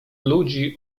ludzi